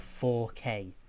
4k